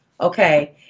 Okay